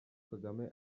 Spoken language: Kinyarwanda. kagame